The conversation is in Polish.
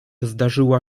zdarzyła